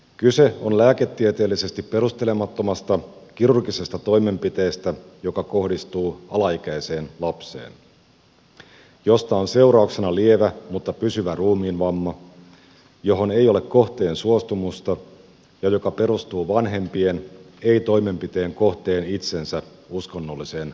kyse on lääketieteellisesti perustelemattomasta kirurgisesta toimenpiteestä joka kohdistuu alaikäiseen lapseen josta on seurauksena lievä mutta pysyvä ruumiinvamma johon ei ole kohteen suostumusta ja joka perustuu vanhempien ei toimenpiteen kohteen itsensä uskonnolliseen vakaumukseen